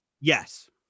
Yes